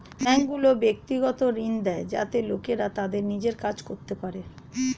ব্যাঙ্কগুলি ব্যক্তিগত ঋণ দেয় যাতে লোকেরা তাদের নিজের কাজ করতে পারে